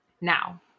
now